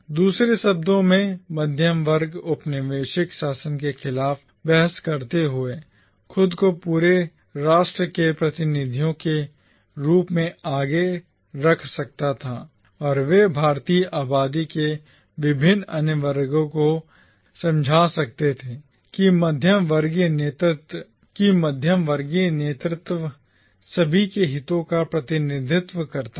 दूसरे शब्दों में मध्यवर्ग औपनिवेशिक शासन के खिलाफ बहस करते हुए खुद को पूरे राष्ट्र के प्रतिनिधियों के रूप में आगे रख सकता था और वे भारतीय आबादी के विभिन्न अन्य वर्गों को समझा सकते थे कि मध्यवर्गीय नेतृत्व सभी के हितों का प्रतिनिधित्व करता है